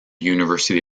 university